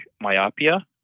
myopia